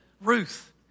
Ruth